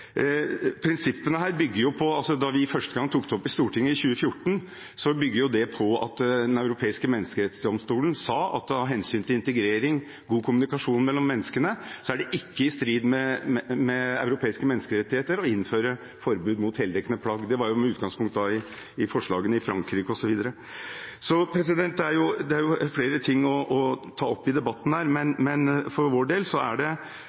Prinsippene her bygger på, som de gjorde da vi første gang tok dette opp i Stortinget, i 2014, at Den europeiske menneskerettsdomstolen sa at av hensyn til integrering og god kommunikasjon mellom menneskene er det ikke i strid med europeiske menneskerettigheter å innføre forbud mot heldekkende plagg. Det var med utgangspunkt i forslag i Frankrike, osv. Det er flere ting å ta opp i debatten her, men for vår del er det